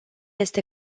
este